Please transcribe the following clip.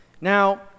Now